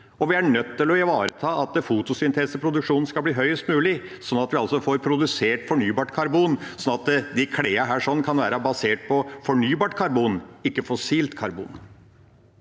vi er nødt til å ivareta at fotosynteseproduksjonen skal bli høyest mulig, slik at vi altså får produsert fornybart karbon, slik at klærne kan være basert på fornybart karbon, ikke fossilt karbon.